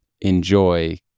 enjoy